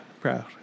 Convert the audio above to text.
proud